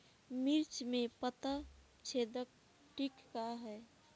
मिर्च में पता छेदक किट का है?